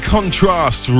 Contrast